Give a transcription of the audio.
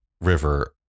River